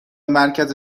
مرکز